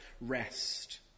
rest